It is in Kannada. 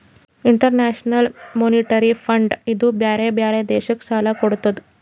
ಇಂಟರ್ನ್ಯಾಷನಲ್ ಮೋನಿಟರಿ ಫಂಡ್ ಇದೂ ಬ್ಯಾರೆ ಬ್ಯಾರೆ ದೇಶಕ್ ಸಾಲಾ ಕೊಡ್ತುದ್